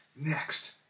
Next